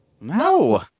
No